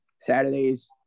Saturdays